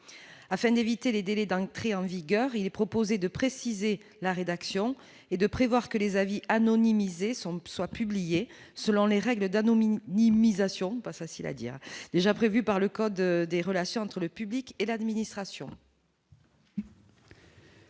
afin d'éviter les délais d'un ancrer en vigueur, il est proposé de préciser la rédaction et de prévoir que les avis anonymiser son ne soit publié, selon les règles d'anomie n'immunisation passa dire déjà prévue par le code des relations entre le public et l'administration.